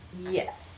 Yes